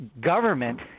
government